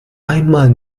einmal